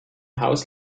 haus